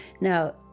Now